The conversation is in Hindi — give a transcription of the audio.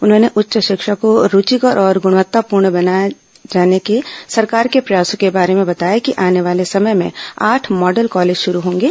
उन्होंने उच्च शिक्षा को रूचिकर और गुणवत्तापूर्ण बनाए जाने के सरकार को प्रयासों के बारे में बताया कि आने वाले समय में आठ मॉडल कॉलेज शुरू होंगे